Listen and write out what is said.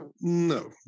no